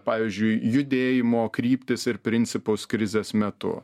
pavyzdžiui judėjimo kryptis ir principus krizės metu